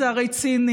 שביחד,